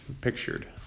pictured